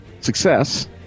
success